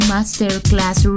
Masterclass